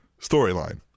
storyline